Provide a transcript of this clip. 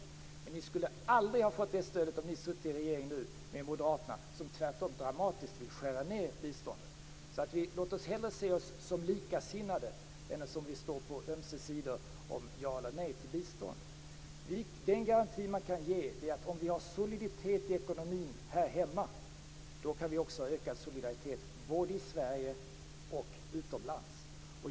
Men ni skulle aldrig ha fått det stödet om ni hade suttit i regeringen nu, med Moderaterna, som tvärtom dramatiskt vill skära ned biståndet. Låt oss därför hellre se oss som likasinnade än som att vi står på ömse sidor när det gäller ja eller nej till bistånd! Den garanti som man kan ge är att vi, om vi har soliditet i ekonomin här hemma, kan öka solidariteten både i Sverige och utomlands.